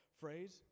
phrase